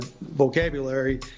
vocabulary